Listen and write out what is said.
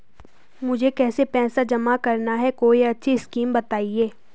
मुझे कुछ पैसा जमा करना है कोई अच्छी स्कीम बताइये?